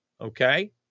okay